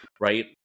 right